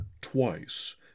twice